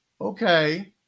okay